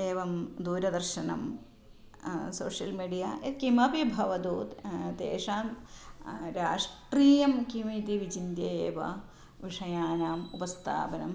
एवं दूरदर्शनं social media यत् किमपि भवतु तेषां राष्ट्रीयं किमिति विचिन्त्य एव विषयाणाम् उपस्थापनं